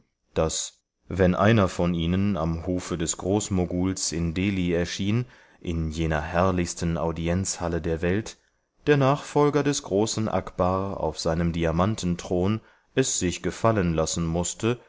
daß wenn einer von ihnen am hofe des groß moguls in delhi erschien in jener herrlichsten audienzhalle der welt der nachfolger des großen akbar auf seinem diamantenthron es sich gefallen lassen mußte